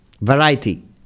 Variety